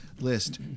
list